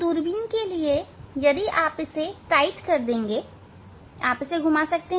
दूरबीन के लिए यदि आप इसे टाइट कर दें तो आप इसे घुमा सकते हैं